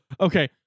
Okay